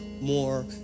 more